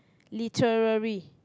literary